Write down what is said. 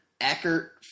Eckert